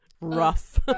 Rough